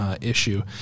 Issue